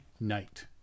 night